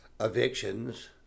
evictions